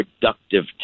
productive